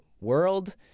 world